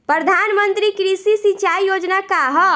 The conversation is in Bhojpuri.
प्रधानमंत्री कृषि सिंचाई योजना का ह?